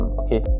okay